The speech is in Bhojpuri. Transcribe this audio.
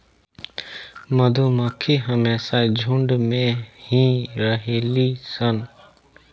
मधुमक्खी हमेशा झुण्ड में ही रहेली सन